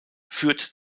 führt